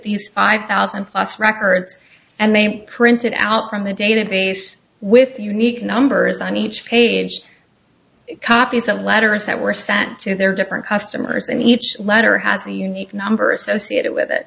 these five thousand plus records and they printed out from the database with unique numbers on each page copies of letters that were sent to their different customers and each letter has a unique number associated with it